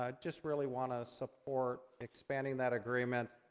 ah just really wanna support expanding that agreement,